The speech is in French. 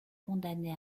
condamnés